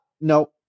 no